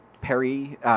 Perry